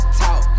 talk